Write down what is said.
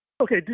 Okay